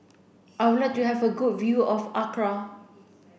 I would like to have a good view of Accra